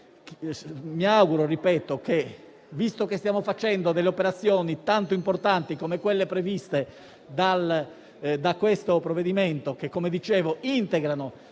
giugno. Visto che stiamo facendo operazioni tanto importanti, quali quelle previste da questo provvedimento che, come dicevo, integrano